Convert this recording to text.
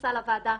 כניסה לוועדה.